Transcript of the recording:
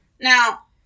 Now